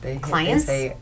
clients